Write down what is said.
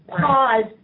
pause